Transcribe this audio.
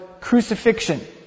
crucifixion